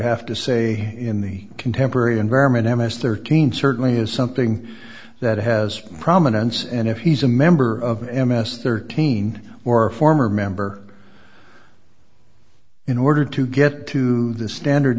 have to say in the contemporary environment m s thirteen certainly is something that has prominence and if he's a member of m s thirteen or a former member in order to get to the standard